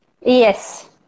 Yes